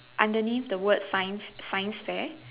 underneath the word science science fair